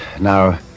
Now